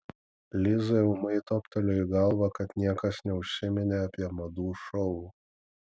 lizai ūmai toptelėjo į galvą kad niekas neužsiminė apie madų šou